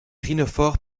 rhinophores